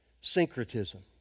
syncretism